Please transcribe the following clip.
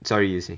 sorry you say